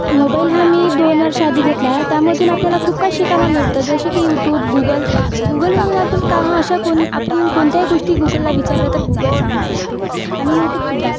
mobile हा मी दोन वर्षाआधी घेतला त्यामधून आपल्याला खूप काय शिकायला मिळतं जसे की यूटूब गुगल गुगलवरून आपण काही अशा कोण आपण कोणत्याही गोष्टी गुगलला विचारलं तर गुगल सांगू शकते आणि यूटूबसुद्धा